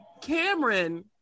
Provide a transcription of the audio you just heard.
Cameron